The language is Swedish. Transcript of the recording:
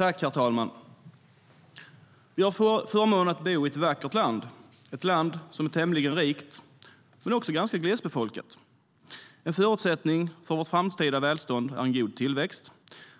Herr talman! Vi har förmånen att bo i ett vackert land som är tämligen rikt men också ganska glesbefolkat. En förutsättning för vårt framtida välstånd är en god tillväxt.